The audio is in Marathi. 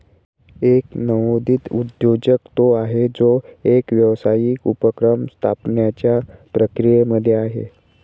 एक नवोदित उद्योजक तो आहे, जो एक व्यावसायिक उपक्रम स्थापण्याच्या प्रक्रियेमध्ये आहे